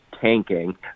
tanking